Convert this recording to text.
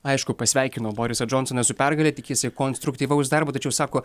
aišku pasveikino borisą džonsoną su pergale tikisi konstruktyvaus darbo tačiau sako